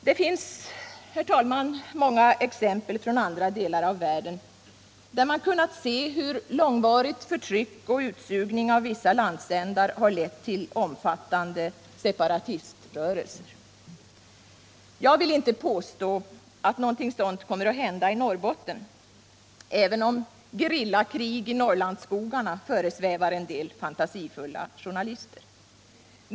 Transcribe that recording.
Det finns, herr talman, många exempel från andra delar av världen på att långvarigt förtryck och utsugning av vissa landsändar har lett till omfattande separatiströrelser. Jag vill inte påstå att något sådant kommer att hända i Norrbotten, även om gerillakrig i Norrlandsskogarna föresvävar en del fantasifulla journalister.